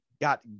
got